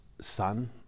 son